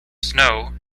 snow